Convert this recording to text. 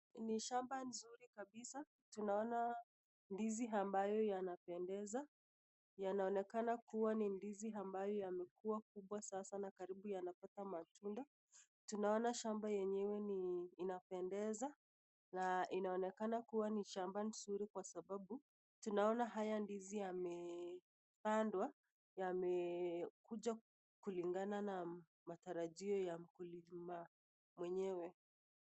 Ni shamba nzuri kabisa. Tunaona ndizi ambayo yanapendeza. Yanaonekana kuwa ni ndizi ambayo yamekuwa kubwa sasa na karibu yanapata matunda. Tunaona shamba yenyewe ni inapendeza na inaonekana kuwa ni shamba nzuri kwa sababu tunaona haya ndizi yamepandwa, yamekuja kulingana na matarajio ya mkulima mwenyewe.